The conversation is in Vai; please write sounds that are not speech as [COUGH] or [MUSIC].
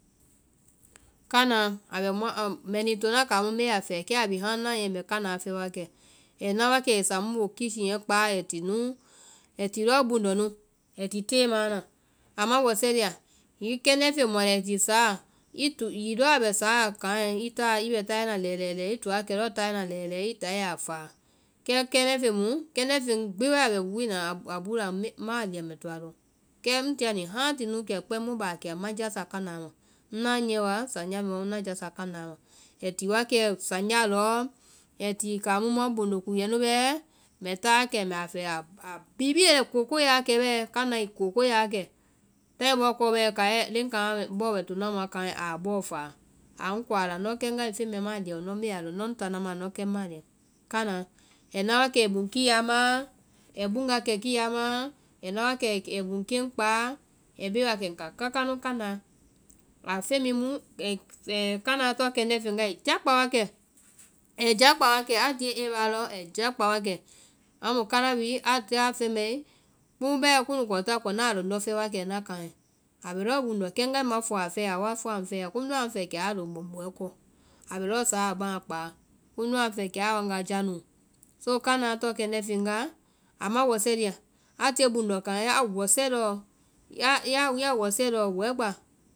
Kánaa, [HESITATION] mbɛ ni tona kaŋ mu mbe a fɛɛ, kɛ ai bi hãaa ŋna niyɛ mbɛ kánaa fɛɛ wa kɛ. Ai na wa kɛ ai sá ŋboo kisheɛ baa ai ti nu, ai ti lɔɔ buŋndɔ nu, abɛ tée maã na. Ama wɛsɛ lia, hiŋi kɛndɛ́ feŋ mu a la bɛ sáa, [HESITATION] hiŋi lɔɔ a bɛ sáa kaŋɛ. i taa i bɛ tayɛ na lɛɛ lɛɛ lɛ, i to wa kɛ lɔɔ tayɛ na lɛ lɛɛ i táa i ya fáa. kɛ kɛndɛ́ mu- kɛndɛ́ feŋ gbi wae a bɛ wii la ma lia mbɛ a lɔŋ. kɛ ŋ tia ni hãa ti nu kia. mu baa kia ŋma jásá kánaa ma. ŋnaã niyɛ wa sanjá mɛɔ ŋna jásá kánaa ma. Ai ti wa kɛ sanjáa lɔɔ, ai ti kaŋmu muã bondo kúuɛ bɛɛ, mbɛ táa wa kɛ mbɛ a fɛɛ a bibie ai koo ko ya wa kɛ bɛɛ, kánaa i kokóo ya wa kɛ. Táai bɔ kɔ bɛɛ leŋ kaima bɔɔ bɛ tona mu báa aa bɔɔ faa a ŋ kɔ a la ŋndɔ kɛ ŋgae feŋ mɛɛ ma a lia oo ŋndɔ ŋbee a lɔ, ŋndɔ ŋ tana maã, ndɔ kɛ ŋma a lia. Kánaa, ai na wa kɛ ai buŋ kiyaama, ai buŋ wa kɛ kiyaama, ai na waa kɛ ai buŋ keŋ kpáa, ai bee wa kɛ kaŋ kaka. [HESITATION] kánaa tɔŋ feŋ wa ai jákpá wa kɛ, ai jákpá wa kɛ, a tie area lɔ ai jákpá wa kɛ, amu kána bhii, ya a fɛmae, kumu bɛɛ kunukɔ takɔ ŋna a lɔdnɔ́ fɛɛ ŋna kaŋɛ. a bɛ lɔɔ buŋndɔ, kɛ ŋgae ŋma fua a fɛɛ ya i wa fua ŋ fɛɛ ya. kiimu lɔɔ a ŋ fɛɛ, kɛ a loŋ bɔfɔɛ lɔ, a bɛ lɔɔ suɔ bhãa kpáa, kiimu lɔɔ a ŋ fɛɛ kɛ a waga jánúu. so kánaa tɔŋ kɛndɛ́ feŋ waa ama wɛsɛ lia, a tia buŋndɔ kaŋɛ ya wɛsɛe lɔɔ [HESITATION] já wɛsɛe lɔɔ wɛgbá